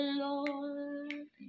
lord